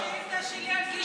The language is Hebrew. השאילתה שלי היא על גיור.